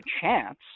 chance